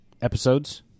episodes